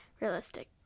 realistic